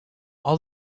all